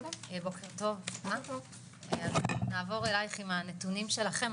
עם הנתונים שלכם.